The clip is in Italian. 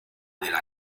della